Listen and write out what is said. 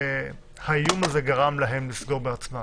האיום הזה גרם להם לסגור בעצמם.